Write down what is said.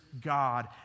God